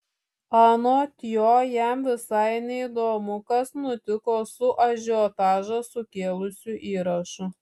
anot jo jam visai neįdomu kas nutiko su ažiotažą sukėlusiu įrašu